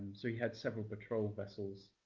so you had several patrol vessels